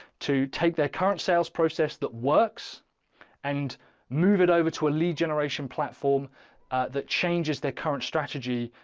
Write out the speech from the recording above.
to take their current sales process that works and move it over to a lead generation platform that changes their current strategy.